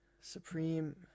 Supreme